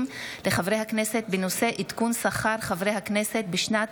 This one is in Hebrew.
לחברי הכנסת בנושא: עדכון שכר חברי הכנסת בשנת